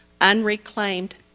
unreclaimed